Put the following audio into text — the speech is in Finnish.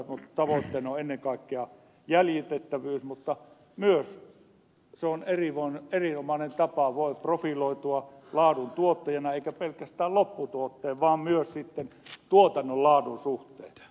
tavoitteena on ennen kaikkea jäljitettävyys mutta myös se on erinomainen tapa profiloitua laadun tuottajana eikä pelkästään lopputuotteen vaan myöskin sitten tuotannon laadun suhteen